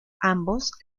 ambos